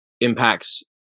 impacts